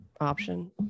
option